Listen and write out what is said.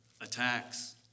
attacks